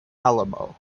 alamo